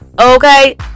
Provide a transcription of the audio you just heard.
Okay